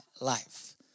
life